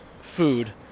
food